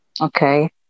Okay